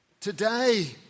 Today